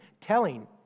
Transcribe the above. telling